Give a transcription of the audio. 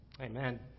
amen